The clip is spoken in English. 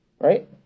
Right